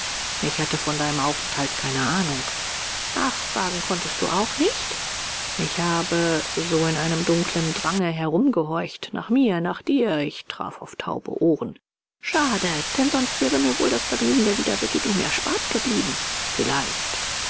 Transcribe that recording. ich hatte von deinem aufenthalt keine ahnung nachfragen konntest du auch nicht ich habe so in einem dunklen drange herumgehorcht nach mir nach dir ich traf auf taube ohren schade denn sonst wäre mir wohl das vergnügen der wiederbegegnung erspart geblieben vielleicht